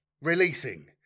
releasing